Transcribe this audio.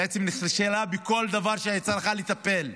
בעצם נכשלה בכל דבר שהיא הייתה צריכה לטפל בו.